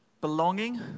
belonging